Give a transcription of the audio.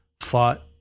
fought